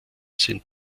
sind